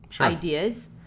ideas